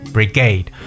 Brigade